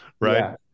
Right